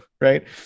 Right